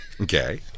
okay